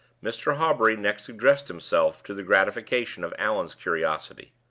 mr. hawbury next addressed himself to the gratification of allan's curiosity.